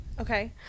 Okay